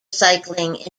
cycling